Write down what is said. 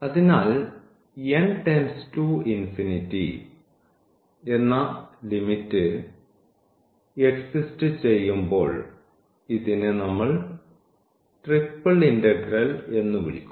അതിനാൽ n→∞ എന്ന limit exist ചെയ്യുമ്പോൾ ഇതിനെ നമ്മൾ ട്രിപ്പിൾ ഇന്റഗ്രൽ എന്നു വിളിക്കുന്നു